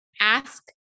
ask